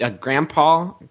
Grandpa